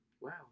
Wow